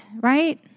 right